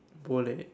boleh